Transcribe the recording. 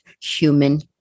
human